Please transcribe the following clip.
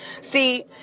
See